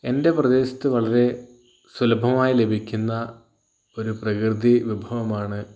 എൻ്റെ പ്രദേശത്ത് വളരെ സുലഭമായി ലഭിക്കുന്ന ഒരു പ്രകൃതി വിഭവമാണ്